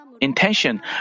intention